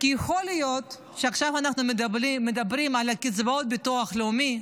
עכשיו אנחנו מדברים על קצבאות הביטוח הלאומי,